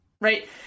Right